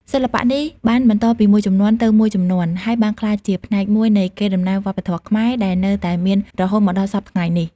សិល្បៈនេះបានបន្តពីមួយជំនាន់ទៅមួយជំនាន់ ហើយបានក្លាយជាផ្នែកមួយនៃ កេរដំណែលវប្បធម៌ខ្មែរ ដែលនៅតែមានរហូតមកដល់សព្វថ្ងៃនេះ។